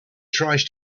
tries